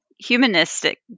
humanistic